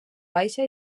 baixa